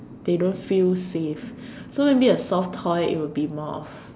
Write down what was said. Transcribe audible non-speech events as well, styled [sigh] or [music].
they don't feel safe [breath] so maybe a soft toy it'll be more of